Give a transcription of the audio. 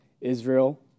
Israel